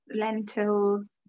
lentils